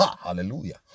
hallelujah